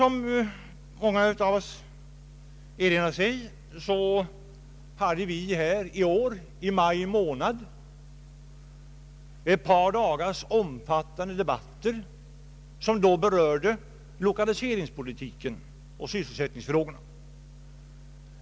Som många av oss erinrar sig hade vi här i år i maj månad ett par dagars omfattande debatter, som berörde lokaliseringspolitiken och sysselsättningsfrågorna.